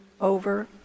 over